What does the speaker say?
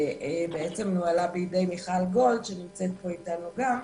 ועדה שנוהלה בידי מיכל גולד, שנמצאת פה אתנו גם.